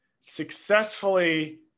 successfully